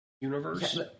universe